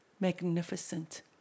magnificent